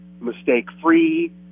mistake-free